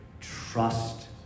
Trust